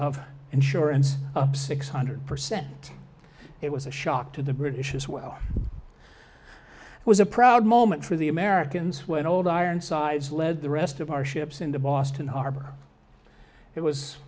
up six hundred percent it was a shock to the british as well it was a proud moment for the americans when old ironsides led the rest of our ships into boston harbor it was